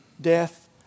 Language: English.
death